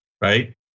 right